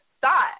thought